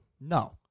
No